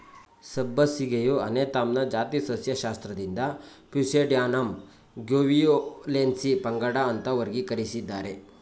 ಸಬ್ಬಸಿಗೆಯು ಅನೇಥಮ್ನ ಜಾತಿ ಸಸ್ಯಶಾಸ್ತ್ರಜ್ಞರಿಂದ ಪ್ಯೂಸೇಡ್ಯಾನಮ್ ಗ್ರ್ಯಾವಿಯೋಲೆನ್ಸ್ ಪಂಗಡ ಅಂತ ವರ್ಗೀಕರಿಸಿದ್ದಾರೆ